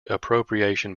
appropriation